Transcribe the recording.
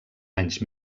anys